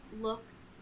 looked